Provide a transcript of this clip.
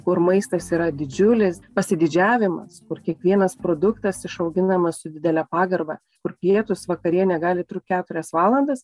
kur maistas yra didžiulis pasididžiavimas kur kiekvienas produktas išauginamas su didele pagarba kur pietūs vakarienė gali trukt keturias valandas